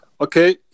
okay